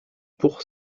pour